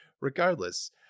regardless